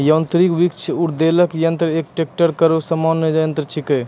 यांत्रिक वृक्ष उद्वेलक यंत्र एक ट्रेक्टर केरो सामान्य यंत्र छिकै